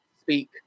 speak